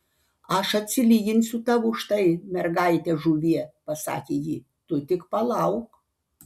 aš atsilyginsiu tau už tai mergaite žuvie pasakė ji tu tik palauk